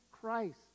Christ